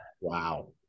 Wow